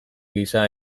gisa